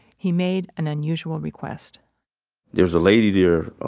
he made an unusual request there was a lady there,